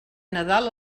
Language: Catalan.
nadal